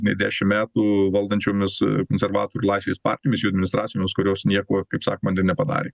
nei dešimt metų valdančiomis konservatorių laisvės partijomis jų administracijomis kurios nieko kaip sakomair nepadarė